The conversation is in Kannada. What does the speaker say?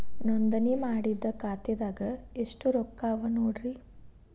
ನೋಂದಣಿ ಮಾಡಿದ್ದ ಖಾತೆದಾಗ್ ಎಷ್ಟು ರೊಕ್ಕಾ ಅವ ನೋಡ್ರಿ